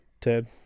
Ted